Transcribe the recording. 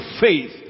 faith